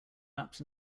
wrapped